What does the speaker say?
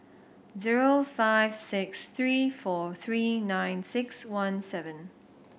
zero five six three four three nine six one seven